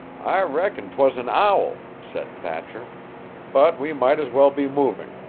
i reckon twas an owl, said thatcher but we might as well be moving.